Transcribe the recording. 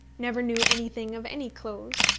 never knew anything of any close,